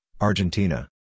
Argentina